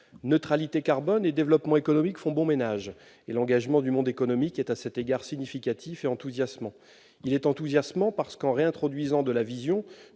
Neutralité carbone et développement économique font bon ménage. L'engagement du monde économique est à cet égard significatif et enthousiasmant, car, en réintroduisant de la vision